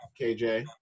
KJ